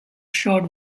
short